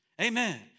Amen